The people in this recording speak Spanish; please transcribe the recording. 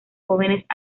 jóvenes